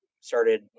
started